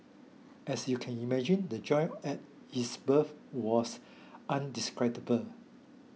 as you can imagine the joy at his birth was indescribable